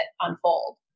unfold